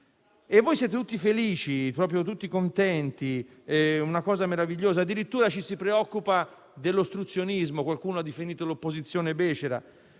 e voi siete tutti felici e contenti: una cosa meravigliosa. Addirittura ci si preoccupa dell'ostruzionismo e qualcuno ha definito «becera»